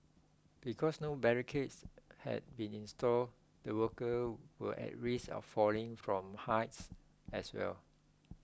because no barricades had been installed the worker were at risk of falling from heights as well